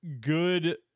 good